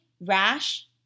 rash